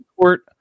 court